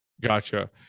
Gotcha